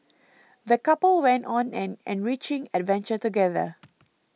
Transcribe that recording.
the couple went on an enriching adventure together